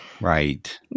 Right